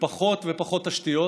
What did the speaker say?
ופחות ופחות תשתיות,